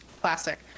classic